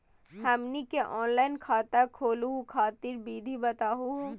हमनी के ऑनलाइन खाता खोलहु खातिर विधि बताहु हो?